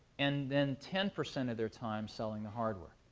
and then ten percent of their time selling the hardware.